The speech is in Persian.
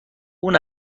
اون